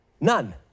None